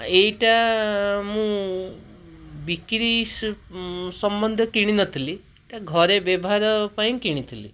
ଏଇଟା ମୁଁ ବିକ୍ରି ସମନ୍ଧ କିଣି ନ ଥିଲି ଏଇଟା ଘରେ ବ୍ୟବହାର ପାଇଁ କିଣିଥିଲି